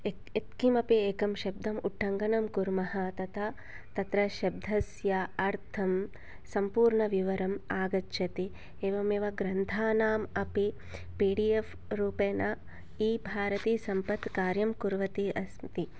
किमपि एकं शब्दं उट्टङ्कणं कुर्मः तथा तत्र शब्दस्य अर्थं सम्पूर्णविवरणम् आगच्छति एवमेव ग्रन्थानाम् अपि पीडिएफ् रूपेण इभारती सस्पद कार्यं कुर्वती अस्ति